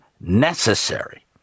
necessary